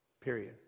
Period